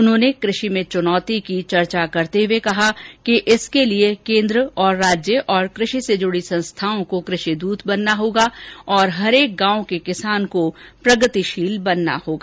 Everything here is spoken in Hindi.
उन्होंने कृषि में चुनौती की चर्चा करते हुए कहा कि इसके लिए केन्द्र राज्य और कृषि से जुड़ी संस्थाओं को कृषिद्रत बनना होगा और हरेक गांव के किसान को प्रगतिशील किसान बनना होगा